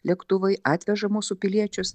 lėktuvai atveža mūsų piliečius